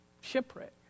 Shipwreck